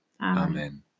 Amen